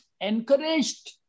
encouraged